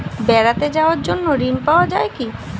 বেড়াতে যাওয়ার জন্য ঋণ পাওয়া যায় কি?